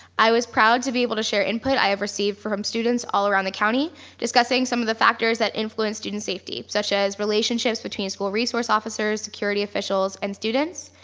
i was proud to be able to share input i have received from students all around the county discussing some of the factors that influence student safety, such as relationships between school resource officers, security officials, and students,